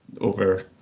over